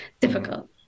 difficult